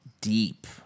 deep